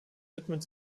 widmet